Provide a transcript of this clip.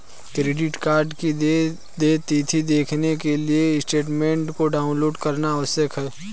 credit card की देय तिथी देखने के लिए स्टेटमेंट को डाउनलोड करना आवश्यक है